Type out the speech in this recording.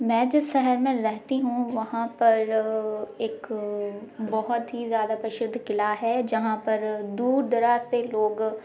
मैं जिस शहर में रहती हूँ वहाँ पर एक बहुत ही ज़्यादा प्रसिद्ध किला है जहाँ पर दूर दराज से लोग